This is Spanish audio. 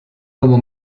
como